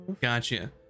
Gotcha